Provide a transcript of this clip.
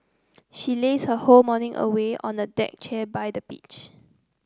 she lazed her whole morning away on a deck chair by the beach